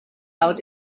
out